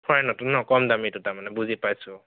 ফৰেইনৰটো ন কম দামীটো তাৰমানে বুজি পাইছোঁ